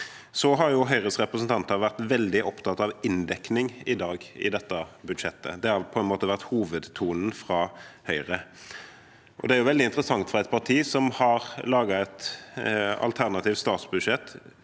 Høyres representanter har i dag vært veldig opptatt av inndekning i dette budsjettet, det har på en måte vært hovedtonen fra Høyre. Det er veldig interessant fra et parti som har laget et alternativt statsbudsjett